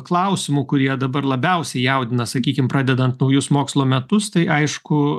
klausimų kurie dabar labiausiai jaudina sakykim pradedant naujus mokslo metus tai aišku